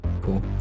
Cool